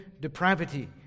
depravity